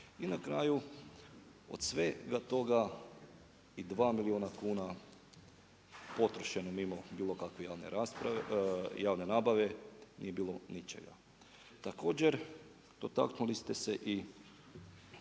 i na kraju od svega toga i 2 milijuna kuna potrošeno mimo, bilo kakve javne nabave, nije bilo ničega. Također, dotaknuli ste se i